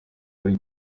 ari